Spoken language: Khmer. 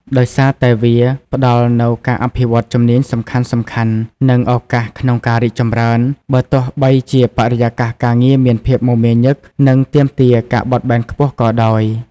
ដោយសារតែវាផ្ដល់នូវការអភិវឌ្ឍជំនាញសំខាន់ៗ និងឱកាសក្នុងការរីកចម្រើន បើទោះបីជាបរិយាកាសការងារមានភាពមមាញឹក និងទាមទារការបត់បែនខ្ពស់ក៏ដោយ។